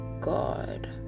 god